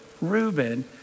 Reuben